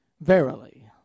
verily